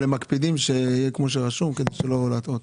אבל הם מקפידים שיהיה כמו שרשום כדי שלא להטעות.